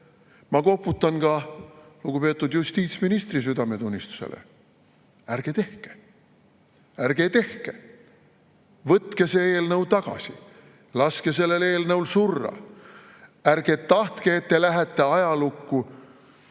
Ma koputan ka lugupeetud justiitsministri südametunnistusele: ärge tehke. Ärge tehke! Võtke see eelnõu tagasi. Laske sellel eelnõul surra. Ärge tahtke, et te lähete ajalukku